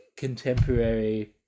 contemporary